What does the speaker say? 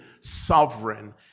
sovereign